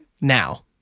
now